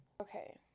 okay